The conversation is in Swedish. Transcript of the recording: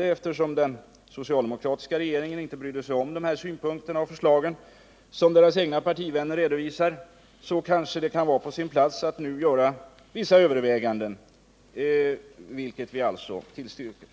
eftersom den socialdemokratiska regeringen inte brydde sig om de synpunkter och förslag som deras egna partivänner redovisar kan det kanske vara på sin plats att nu göra vissa överväganden, vilket vi alltså tillstyrker.